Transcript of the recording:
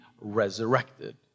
resurrected